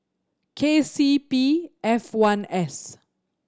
K C P F one S